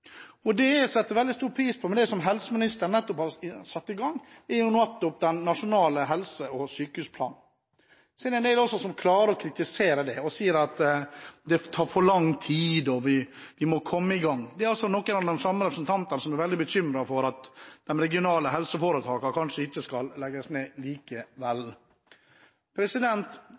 utfordringer. Det jeg setter veldig stor pris på ved det helseministeren nettopp har satt i gang, er nettopp den nasjonale helse- og sykehusplanen. Det er en del som klarer å kritisere det, og sier at det tar for lang tid, og at vi må komme i gang. Det er noen av de samme representantene som er bekymret for at de regionale helseforetakene kanskje ikke skal legges ned likevel.